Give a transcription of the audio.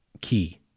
key